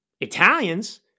Italians